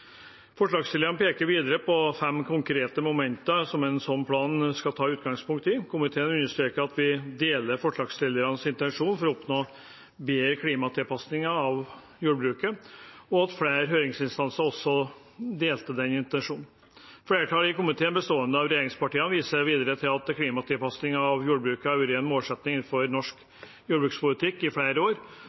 Forslagsstillerne peker videre på fem konkrete momenter som en slik plan skal ta utgangspunkt i. Komiteen understreker at vi deler forslagsstillernes intensjon om å oppnå bedre klimatilpasninger av jordbruket, og at flere høringsinstanser også delte den intensjonen. Flertallet i komiteen, bestående av regjeringspartiene, viser videre til at klimatilpasninger av jordbruket har vært en målsetting innenfor norsk jordbrukspolitikk i flere år,